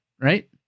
right